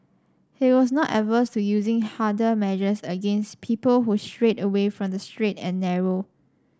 he was not averse to using harder measures against people who strayed away from the straight and narrow